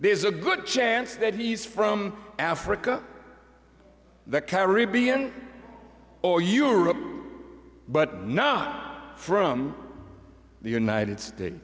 there's a good chance that he's from africa the caribbean or europe but not from the united states